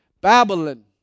Babylon